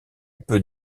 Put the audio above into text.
peut